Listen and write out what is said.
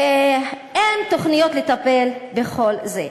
אין תוכניות לטפל בכל זה.